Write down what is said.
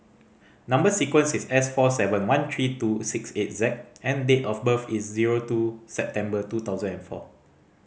number sequence is S four seven one three two six eight Z and date of birth is zero two September two thousand and four